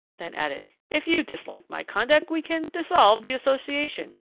then added if you dislike my conduct we can dissolve the association.